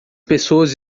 pessoas